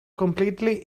completely